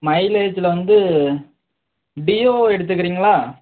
மைலேஜ்ஜில் வந்து டியோ எடுத்துக்கிறீங்களா